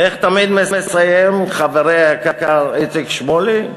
ואיך תמיד מסיים חברי היקר איציק שמולי,